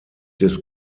des